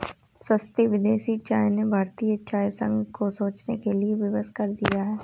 सस्ती विदेशी चाय ने भारतीय चाय संघ को सोचने के लिए विवश कर दिया है